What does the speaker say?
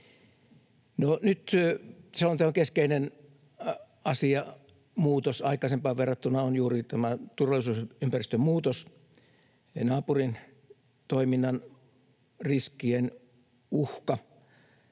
nyt selonteon keskeinen asia, muutos aikaisempaan verrattuna, on juuri tämä turvallisuusympäristön muutos eli naapurin toiminnan riskien uhka